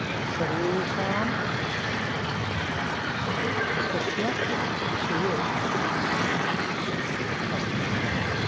सर्वेषाम् अपि मतस्य विषये अस्ति